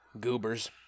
Goobers